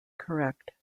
correct